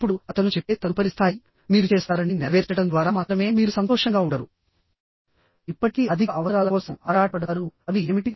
ఇప్పుడు అతను చెప్పే తదుపరి స్థాయి మీరు చేస్తారని నెరవేర్చడం ద్వారా మాత్రమే మీరు సంతోషంగా ఉండరు ఇప్పటికీ అధిక అవసరాల కోసం ఆరాటపడతారు అవి ఏమిటి